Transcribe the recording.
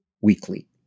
weekly